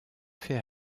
fait